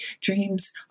dreams